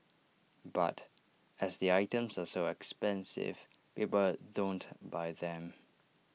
but as the items are so expensive people don't buy them